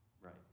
right